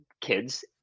kids